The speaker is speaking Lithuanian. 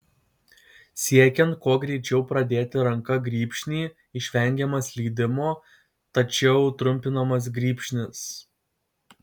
siekiant kuo greičiau pradėti ranka grybšnį išvengiama slydimo tačiau trumpinamas grybšnis